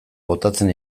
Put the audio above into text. botatzen